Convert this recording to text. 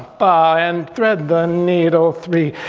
ba ah and thread the needle, three,